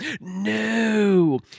No